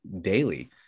daily